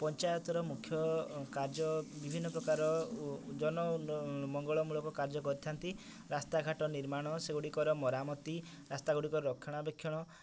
ପଞ୍ଚାୟତର ମୁଖ୍ୟ କାର୍ଯ୍ୟ ବିଭିନ୍ନ ପ୍ରକାର ଓ ଜନଉନ୍ନ ମଙ୍ଗଳ ମୂଳକ କାର୍ଯ୍ୟ କରିଥାନ୍ତି ରାସ୍ତାଘାଟ ନିର୍ମାଣ ସେଗୁଡ଼ିକର ମରାମତି ରାସ୍ତାଗୁଡ଼ିକର ରକ୍ଷଣାବେକ୍ଷଣ